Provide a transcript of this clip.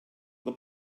the